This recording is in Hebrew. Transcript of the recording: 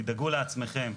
תדאגו לעצמכם.